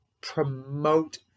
promote